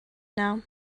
now